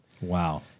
Wow